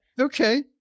Okay